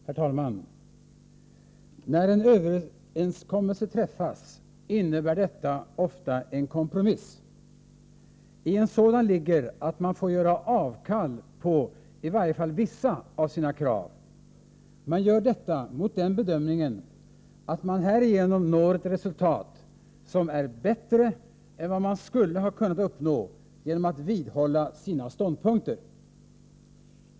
Herr talman! När en överenskommelse träffas innebär det ofta en kompromiss. I en sådan ligger att man får göra avkall på i varje fall vissa av sina krav. Man gör detta mot den bedömningen att man härigenom når ett resultat som är bättre än vad man skulle ha kunnat uppnå genom att vidhålla sina ståndpunkter.